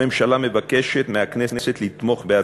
הממשלה מבקשת מהכנסת לתמוך בה.